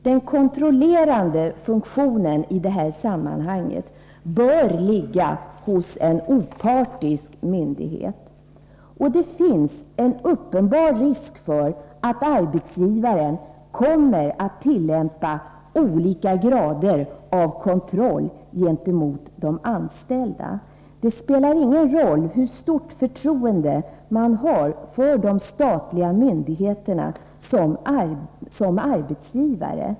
Den kontrollerande funktionen i det här sammanhanget bör ligga hos en opartisk myndighet. Det finns en uppenbar risk för att arbetsgivaren kommer att tillämpa olika grader av kontroll gentemot de anställda. Det spelar ingen roll hur stort förtroende man har för de statliga myndigheterna som arbetsgivare.